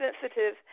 sensitive